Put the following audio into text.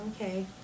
Okay